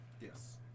Yes